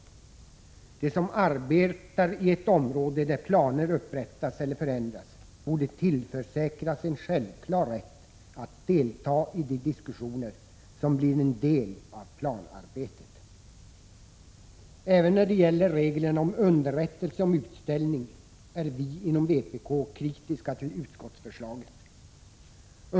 De som arbetar i ett område där planer upprättas eller förändras borde tillförsäkras en självklar rätt att delta i de diskussioner som blir en del av planarbetet. Även när det gäller reglerna om underrättelse om utställning är vi inom vpk kritiska mot utskottsförslaget.